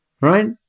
right